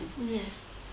Yes